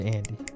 Andy